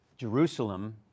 Jerusalem